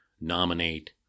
nominate